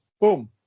Boom